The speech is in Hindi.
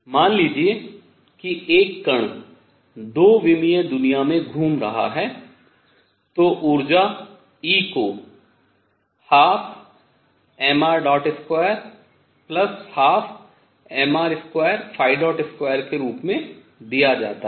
मान लीजिए कि एक कण 2 विमीय दुनिया में घूम रहा है तो ऊर्जा E को 12mr212mr22 के रूप में दिया जाता है